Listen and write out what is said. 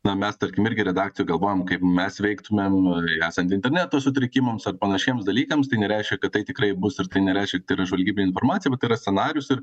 na mes tarkim irgi redakcijoj galvojam kaip mes veiktumėm esant interneto sutrikimams ar panašiems dalykams tai nereiškia kad tai tikrai bus ir tai nereiškia tai yra žvalgybinė informacija bet yra scenarijus ir